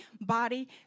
Body